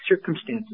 circumstances